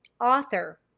author